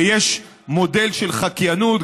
ויש מודל של חקיינות.